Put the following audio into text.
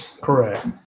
Correct